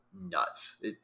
nuts